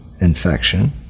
infection